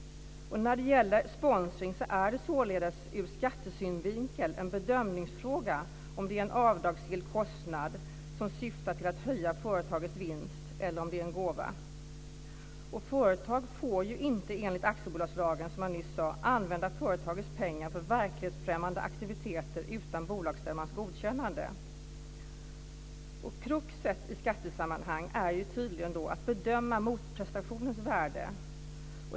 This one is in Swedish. När det gäller sponsring är det således ur skattesynvinkel en bedömningsfråga om det är en avdragsgill kostnad som syftar till att höja företagets vinst eller om det är en gåva. Företag får ju inte enligt aktiebolagslagen, som jag nyss sade, använda företagets pengar till verklighetsfrämmande aktiviteter utan bolagsstämmans godkännande. Kruxet i skattesammanhang är tydligen att bedöma motprestationens värde.